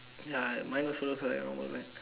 ya mine also looks like a normal bag